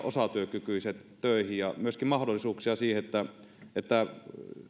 osatyökykyiset töihin ja myöskin mahdollisuuksia siihen että että